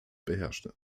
beherrschte